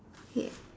K